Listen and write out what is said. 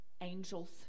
angels